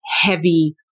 heavy